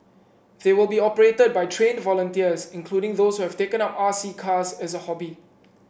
they will be operated by trained volunteers including those who have taken up R C cars as a hobby